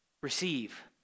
Receive